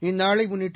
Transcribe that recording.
இந்நாளை முன்னிட்டு